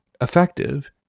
effective